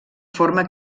forma